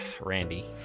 Randy